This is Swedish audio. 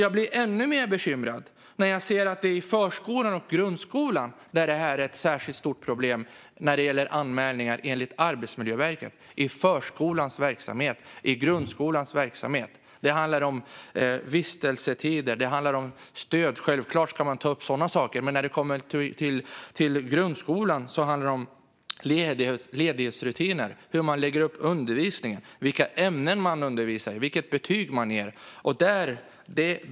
Jag blir ännu mer bekymrad när jag ser att det är ett särskilt stort problem i förskolan och grundskolan när det gäller anmälningar, enligt Arbetsmiljöverket. Det handlar om förskolans verksamhet och grundskolans verksamhet. Det handlar om vistelsetider. Det handlar om stöd. Självklart ska man ta upp sådana saker. Men när det kommer till grundskolan handlar det om ledighetsrutiner, hur man lägger upp undervisningen, vilka ämnen man undervisar i och vilket betyg man ger.